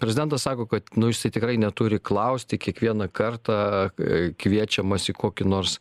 prezidentas sako kad nu jisai tikrai neturi klausti kiekvieną kartą kai kviečiamas į kokį nors